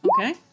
Okay